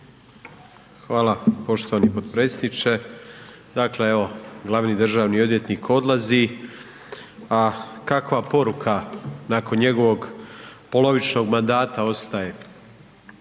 Hvala poštovani potpredsjedniče. Dakle, evo glavni državni odvjetnik odlazi, a kakva poruka nakon njegovog polovičnog mandata ostaje?